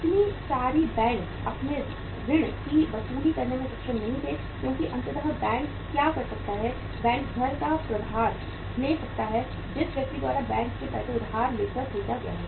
इतने सारे बैंक अपने ऋण की वसूली करने में सक्षम नहीं थे क्योंकि अंततः बैंक क्या कर सकता है बैंक घर का प्रभार ले सकता है जिसे व्यक्ति द्वारा बैंक से पैसा उधार लेकर खरीदा गया है